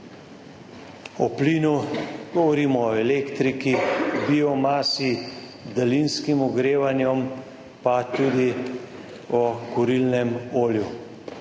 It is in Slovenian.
o plinu, govorimo o elektriki, biomasi, daljinskem ogrevanju, pa tudi o kurilnem olju.